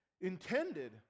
intended